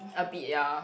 a bit ya